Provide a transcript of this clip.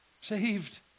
Saved